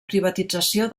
privatització